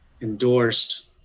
endorsed